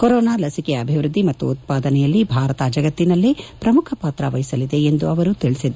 corona ಲಸಿಕೆ ಅಭಿವ್ನದ್ದಿ ಮತ್ತು ಉತ್ಪಾದನೆಯಲ್ಲಿ ಭಾರತ ಜಗತ್ತಿನಲ್ಲೇ ಪ್ರಮುಖ ಪಾತ್ರವಹಿಸಲಿದೆ ಎಂದು ಅವರು ತಿಳಿಸಿದ್ದಾರೆ